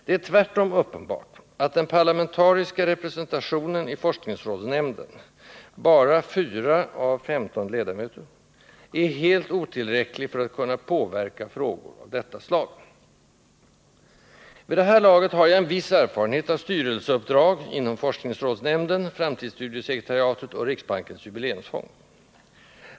Det är tvärtom uppenbart att den parlamentariska representationenii forskningsrådsnämnden — bara 4 av 15 ledamöter — är helt otillräcklig för att kunna påverka frågor av detta slag. Vid det här laget har jag en viss erfarenhet av styrelseuppdrag inom forskningsrådsnämnden, framtidsstudiesekretariatet och Riksbankens jubileumsfond.